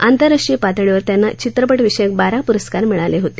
आंतरराष्ट्रीय पातळीवर त्यांना चित्रपट विषयक बारा पुरस्कार मिळाले होते